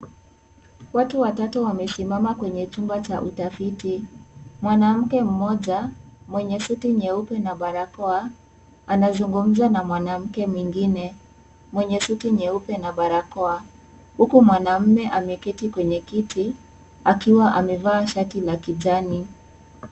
Watu watatu wamesimama kwenye chumba cha utafiti. Mwanamke mmoja mwenye suti nyeupe na barakoa anazungumza na mwanamke mwingine mwenye suti nyeupe na barakoa huku mwanamume ameketi kwenye kiti akiwa amevaa shati la kijani.